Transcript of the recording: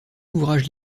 ouvrages